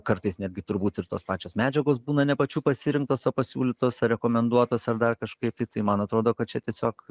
kartais netgi turbūt ir tos pačios medžiagos būna ne pačių pasirinktos o pasiūlytos ar rekomenduotos ar dar kažkaip tai tai man atrodo kad čia tiesiog